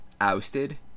ousted